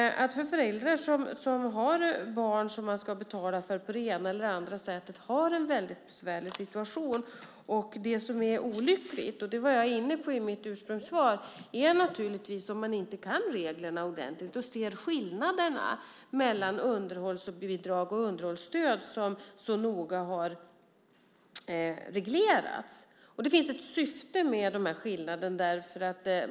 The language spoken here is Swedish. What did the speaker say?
Föräldrar som har barn som de ska betala för på det ena eller andra sättet har en mycket besvärlig situation. Det som är olyckligt, och det var jag inne på i mitt ursprungssvar, är naturligtvis om man inte kan reglerna ordentligt och inte ser skillnaderna mellan underhållsbidrag och underhållsstöd som så noga har reglerats. Det finns ett syfte med skillnaden.